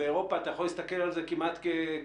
באירופה אתה יכול להסתכל על זה כמעט על כאיזשהו